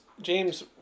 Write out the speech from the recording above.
James